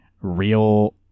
real